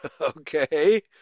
Okay